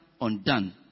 undone